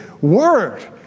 word